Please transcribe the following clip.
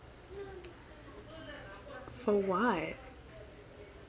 for what